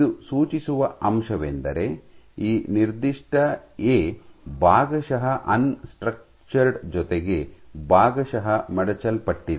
ಇದು ಸೂಚಿಸುವ ಅಂಶವೆಂದರೆ ಈ ನಿರ್ದಿಷ್ಟ ಎ ಭಾಗಶಃ ಅನ್ ಸ್ಟ್ರಕ್ಚರ್ಡ್ ಜೊತೆಗೆ ಭಾಗಶಃ ಮಡಚಲ್ಪಟ್ಟಿದೆ